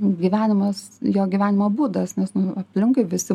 gyvenimas jo gyvenimo būdas nes aplinkui visi